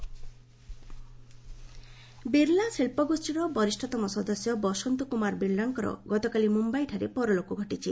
ବିଲା ଡାଏଡ୍ ବିରଳା ଶିଳ୍ପ ଗୋଷ୍ଠୀର ବରିଷ୍ଣତମ ସଦସ୍ୟ ବସନ୍ତ କୁମାର ବିରଳାଙ୍କର ଗତକାଲି ମୁମ୍ଭାଇଠାରେ ପରଲୋକ ଘଟିଛି